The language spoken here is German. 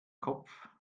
kopf